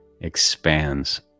expands